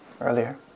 earlier